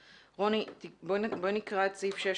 רוני, נקרא את סעיפים 6